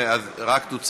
תשובה והצבעה במועד אחר.